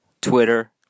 Twitter